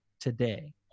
today